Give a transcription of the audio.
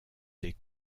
des